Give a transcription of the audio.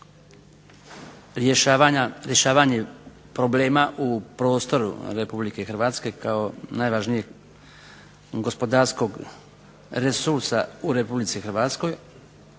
rješavanje problema u prostoru Republike Hrvatske kao najvažnije gospodarskog resursa u Republici Hrvatskoj